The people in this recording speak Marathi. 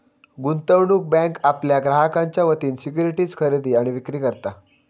गुंतवणूक बँक आपल्या ग्राहकांच्या वतीन सिक्युरिटीज खरेदी आणि विक्री करता